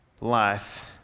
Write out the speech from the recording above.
life